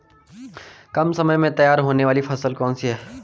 कम समय में तैयार होने वाली फसल कौन सी है?